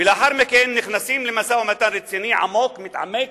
לאחר מכן נכנסים למשא-ומתן רציני, עמוק, מתעמק,